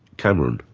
cameron.